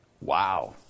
Wow